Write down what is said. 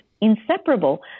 inseparable